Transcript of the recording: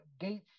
gates